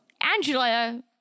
Angela